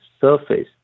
surface